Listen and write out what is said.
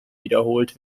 wiederholt